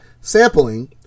sampling